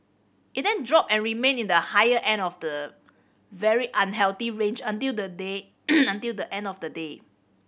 it then dropped and remained in the higher end of the very unhealthy range until the day until the end of the day